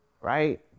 right